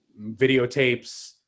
videotapes